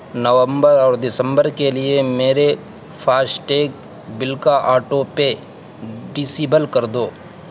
نومبر اور دسمبر کے لیے میرے فاسٹیگ بل کا آٹو پے ڈسیبل کر دو